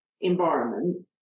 environment